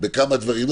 מכמה דברים,